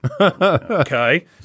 Okay